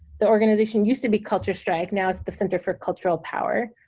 the organization used to be culture strike now is the center for cultural power